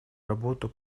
работу